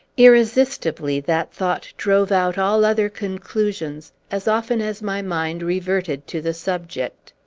irresistibly that thought drove out all other conclusions, as often as my mind reverted to the subject.